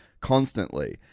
constantly